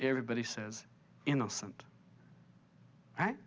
everybody says innocent i